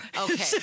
Okay